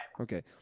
Okay